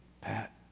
Pat